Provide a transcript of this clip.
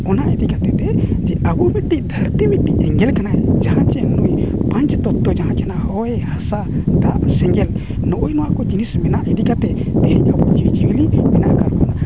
ᱚᱱᱟ ᱤᱫᱤ ᱠᱟᱛᱮᱫ ᱜᱮ ᱟᱵᱚ ᱢᱤᱫᱴᱤᱡ ᱫᱷᱟᱹᱨᱛᱤ ᱢᱤᱫᱴᱤᱡ ᱮᱸᱜᱮᱞ ᱠᱟᱱᱟᱭ ᱡᱟᱦᱟᱸ ᱪᱮ ᱱᱩᱭ ᱯᱟᱸᱪ ᱛᱚᱛᱛᱚ ᱡᱟᱦᱟᱸ ᱜᱮ ᱦᱟᱸᱜ ᱦᱚᱭ ᱦᱟᱥᱟ ᱫᱟᱜ ᱥᱮᱸᱜᱮᱞ ᱱᱚᱜᱼᱚᱭ ᱱᱚᱣᱟ ᱡᱤᱱᱤᱥ ᱢᱮᱱᱟᱜ ᱤᱫᱤ ᱠᱟᱛᱮᱫ ᱛᱮᱦᱤᱧ ᱟᱵᱚ ᱡᱤᱵᱽᱼᱡᱤᱭᱟᱹᱞᱤ ᱢᱮᱱᱟᱜ ᱠᱟᱜ ᱠᱚᱣᱟ